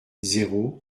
zéro